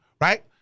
right